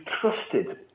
trusted